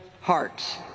hearts